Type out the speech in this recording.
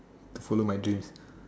follow my dreams